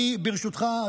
ברשותך,